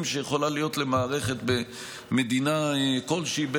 שיכולים להיות למערכת במדינה כלשהי,